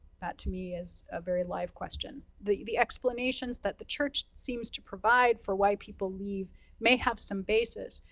that to me is a very live question. the the explanations that the church seems to provide for why people leave may have some basis.